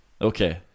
Okay